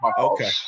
Okay